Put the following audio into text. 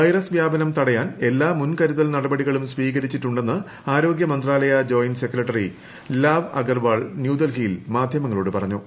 virus വ്യാപനം തിട്ടയ്ക്കാൻ എല്ലാ മുൻ കരുതൽ നടപടികളും സ്വീകരിച്ചിട്ടുണ്ടെന്ന് ആരോഗ്യ മന്ത്രാലയ ജോയിന്റ് സെക്രട്ടറി ലാവ് അഗർവാൾ ന്യൂഡൽഹിയിൽ മാധ്യമങ്ങളോട് പറഞ്ഞു